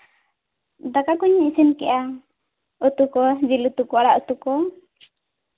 ᱫᱟᱠᱟ ᱠᱩᱧ ᱤᱥᱤᱱ ᱠᱮᱜᱼᱟ ᱩᱛᱩ ᱠᱚ ᱡᱤᱞ ᱩᱛᱩ ᱠᱚ ᱟᱲᱟᱜ ᱩᱛᱩ ᱠᱚ